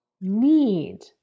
need